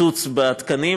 קיצוץ בתקנים.